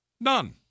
None